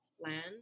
Land